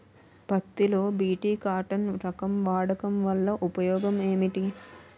పత్తి లో BT cotton రకం వాడకం వల్ల ఉపయోగం ఏమిటి?